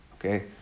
Okay